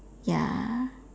ya